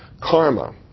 Karma